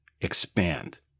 expand